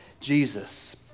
Jesus